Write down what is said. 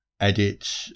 edit